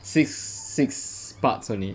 six six parts only